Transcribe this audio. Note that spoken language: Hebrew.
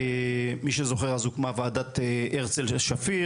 מי שזוכר אז הוקמה ועדת הרצל שפיר